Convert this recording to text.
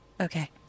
Okay